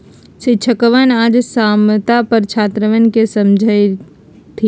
शिक्षकवन आज साम्यता पर छात्रवन के समझय थिन